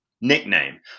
nickname